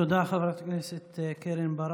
תודה, חברת הכנסת קרן ברק.